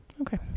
Okay